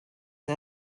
and